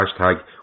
hashtag